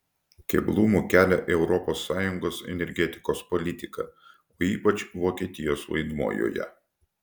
keblumų kelia europos sąjungos energetikos politika o ypač vokietijos vaidmuo joje